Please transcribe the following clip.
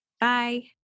Bye